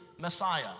Messiah